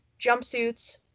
jumpsuits